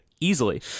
Easily